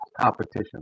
competition